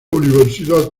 universidad